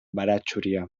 baratxuria